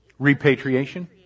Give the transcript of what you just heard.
Repatriation